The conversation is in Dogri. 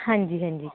हां जी हां जी